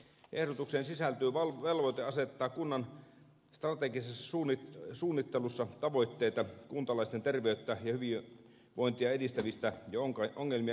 ehdotukseen sisältyy velvoite asettaa kunnan strategisessa suunnittelussa tavoitteita kuntalaisten terveyttä ja hyvinvointia edistävistä ja ongelmia ehkäisevistä toimenpiteistä